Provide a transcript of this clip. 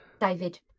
David